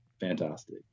fantastic